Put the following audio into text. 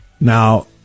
Now